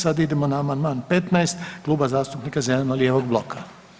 Sad idemo na amandman 15 Kluba zastupnika zeleno-lijevog bloka.